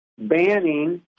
banning